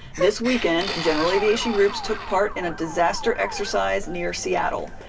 this weekend, general aviation groups took part in a disaster exercise near seattle.